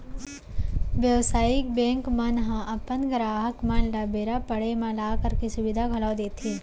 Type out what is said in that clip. बेवसायिक बेंक मन ह अपन गराहक मन ल बेरा पड़े म लॉकर के सुबिधा घलौ देथे